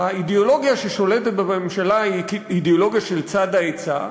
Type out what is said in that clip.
האידיאולוגיה ששולטת בממשלה היא אידיאולוגיה של צד ההיצע,